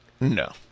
No